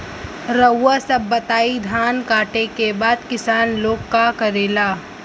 रउआ सभ बताई धान कांटेके बाद किसान लोग का करेला?